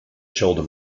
shoulder